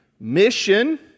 Mission